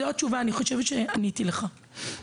חבר